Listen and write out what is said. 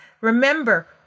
Remember